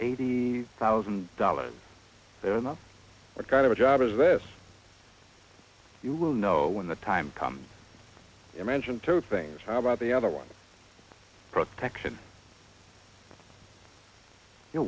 eighty thousand dollars there in the kind of a job as this you will know when the time comes to mention two things how about the other one protection you